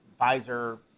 Pfizer